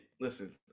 listen